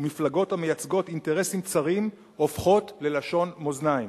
ומפלגות המייצגות אינטרסים צרים הופכות ללשון מאזניים.